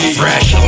fresh